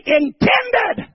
intended